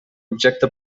objecte